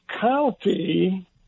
county